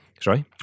sorry